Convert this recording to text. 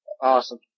Awesome